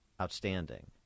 outstanding